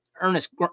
Ernest